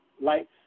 lights